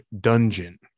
dungeon